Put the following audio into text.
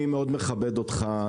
אני מאוד מכבד אותך.